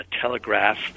telegraph